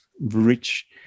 rich